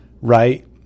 right